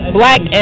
black